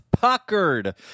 puckered